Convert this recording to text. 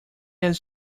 else